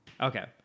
Okay